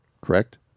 correct